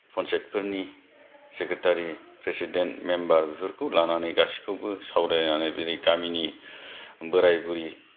पन्सायतफोरनि secretary president member बिफोरखौ लानानै गासिखौबो सावरायलायनानै बेनि गामिनि बोराय बुरै